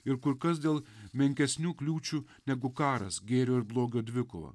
ir kur kas dėl menkesnių kliūčių negu karas gėrio ir blogio dvikova